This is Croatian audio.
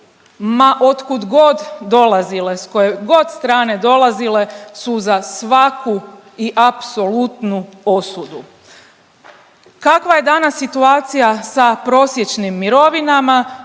ma od kud god dolazile, s koje god strane dolazile su za svaku i apsolutnu osudu. Kakva je danas situacija sa prosječnim mirovinama,